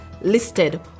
listed